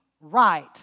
right